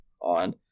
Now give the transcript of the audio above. on